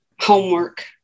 homework